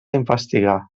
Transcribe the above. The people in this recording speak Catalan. investigar